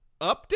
update